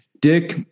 Dick